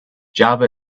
java